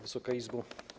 Wysoka Izbo!